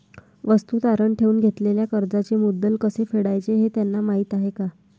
वस्तू तारण ठेवून घेतलेल्या कर्जाचे मुद्दल कसे फेडायचे हे त्यांना माहीत आहे का?